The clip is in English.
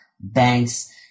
banks